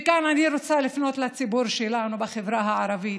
וכאן אני רוצה לפנות לציבור שלנו בחברה הערבית